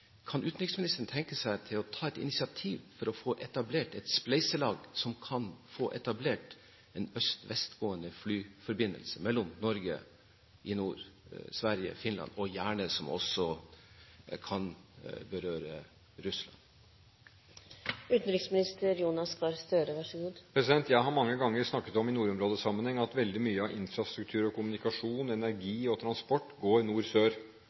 Kan utenriksministeren tenke seg å ta et initiativ for å få etablert et spleiselag for å få etablert en øst–vest-gående flyforbindelse i nord, mellom Norge, Sverige og Finland – og som gjerne også kan berøre Russland? Jeg har mange ganger i nordområdesammenheng snakket om at veldig mye av infrastruktur og kommunikasjon, energi og transport går nord–sør, og at det er en åpenbar øst–vest-utfordring – det er jeg enig i.